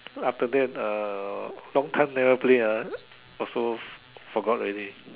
after that uh long time never play ah also forgot already